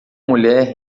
mulher